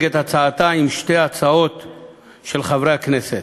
את הצעתה עם שתי הצעות של חברי הכנסת.